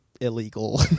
Illegal